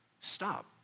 Stop